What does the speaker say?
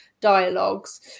dialogues